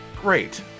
great